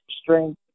strength